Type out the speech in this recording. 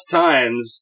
times